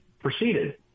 proceeded